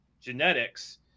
genetics